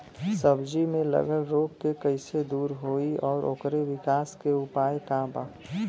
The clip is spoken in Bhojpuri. सब्जी में लगल रोग के कइसे दूर होयी और ओकरे विकास के उपाय का बा?